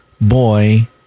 boy